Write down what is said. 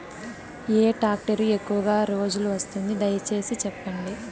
ఏ tractor ఎక్కువగా రోజులు వస్తుంది, దయసేసి చెప్పండి?